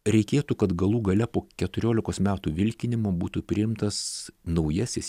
reikėtų kad galų gale po keturiolikos metų vilkinimo būtų priimtas naujasis